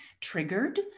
triggered